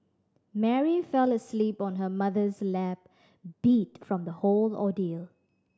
Mary fell asleep on her mother's lap beat from the whole ordeal